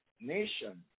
nation